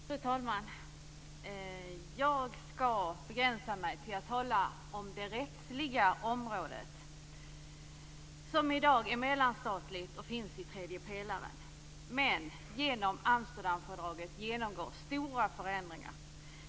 Fru talman! Jag skall begränsa mig till att tala om det rättsliga området som i dag är mellanstatligt och återfinns i tredje pelaren. Men genom Amsterdamfördraget blir det nu stora förändringar.